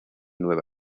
nueva